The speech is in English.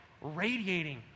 radiating